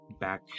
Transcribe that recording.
back